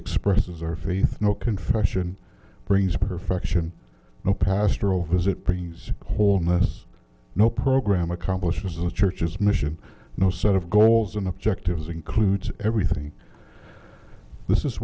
expresses our faith no confession brings perfection no pastoral visit brings wholeness no program accomplishes the church's mission no set of goals and objectives includes everything this is